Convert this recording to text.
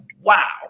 wow